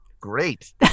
Great